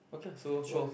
okay ah so show off